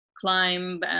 climb